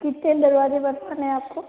कितने दरवाज़े बनवाने हैं आप को